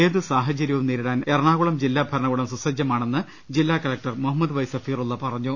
ഏതു സാഹചര്യവും നേരിടാൻ എറണാകുളം ജില്ലാ ഭരണകുടം സുസജ്ജമാ ണെന്ന് ജില്ലാകലക്ടർ മുഹമ്മദ് വൈ സഫീറുല്ല പറഞ്ഞു